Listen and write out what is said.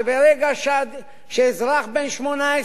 שברגע שאזרח בן 18,